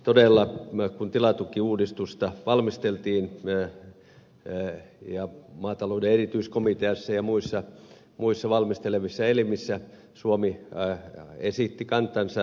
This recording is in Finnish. todella kun tilatukiuudistusta valmisteltiin maatalouden erityiskomiteassa ja muissa valmistelevissa elimissä suomi esitti kantansa